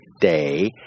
day